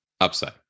upside